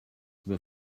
were